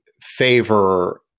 favor